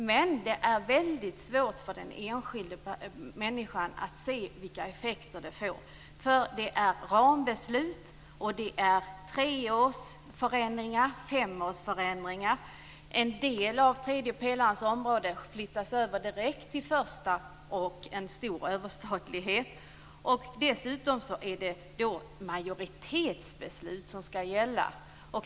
Men det är väldigt svårt för den enskilde människan att se vilka effekter det får, för det innebär rambeslut, treårsförändringar, femårsförändringar, och en del av tredje pelarens områden flyttas direkt över till första pelaren och en överstatlighet. Dessutom är det majoritetsbeslut som skall gälla.